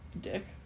dick